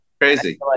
Crazy